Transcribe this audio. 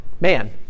Man